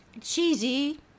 Cheesy